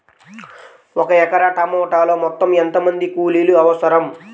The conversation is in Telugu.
ఒక ఎకరా టమాటలో మొత్తం ఎంత మంది కూలీలు అవసరం?